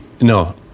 no